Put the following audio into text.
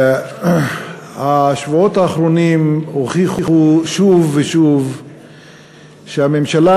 השבועות האחרונים הוכיחו שוב ושוב שהממשלה